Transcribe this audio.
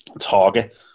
target